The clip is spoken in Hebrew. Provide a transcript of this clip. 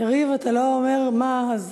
יריב, אתה לא אומר מה, אז